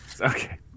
Okay